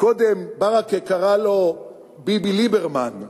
קודם ברכה קרא לו ביבי ליברמן,